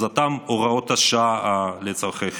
אותן הוראות השעה לצורכי חירום.